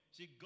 See